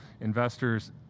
investors